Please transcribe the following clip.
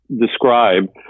describe